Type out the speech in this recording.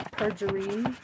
Perjury